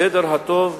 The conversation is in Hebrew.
בסדר הטוב.